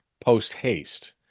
post-haste